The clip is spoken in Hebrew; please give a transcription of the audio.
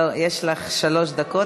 לא, יש לך רק שלוש דקות.